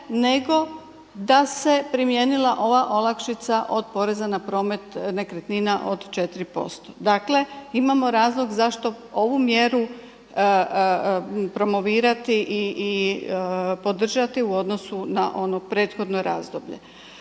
nego da se primijenila ova olakšica od poreza na promet nekretnina od 4%. Dakle mi imamo razlog zašto ovu mjeru promovirati i podržati u odnosu na ono prethodno razdoblje.